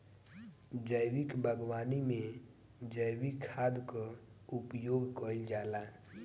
जैविक बागवानी में जैविक खाद कअ उपयोग कइल जाला